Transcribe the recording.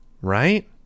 Right